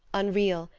unreal,